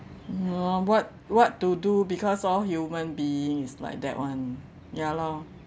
ya lor what what to do because all human beings like that one ya lor